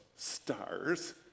Stars